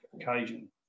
occasion